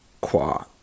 qua